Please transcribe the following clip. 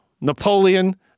Napoleon